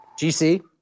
GC